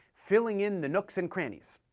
filling in the nooks and crannies.